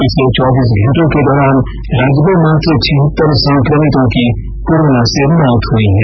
पिछले चौबीस घंटों के दौरान राज्य में मात्र छियहतर संक्रमितों की कोरोना से मौत हई है